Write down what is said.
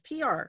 PR